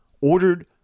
ordered